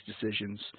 decisions